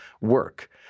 work